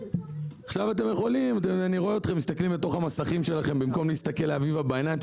אני רואה אתכם מסתכלים לתוך המסכים שלכם במקום להסתכל לאביבה בעיניים.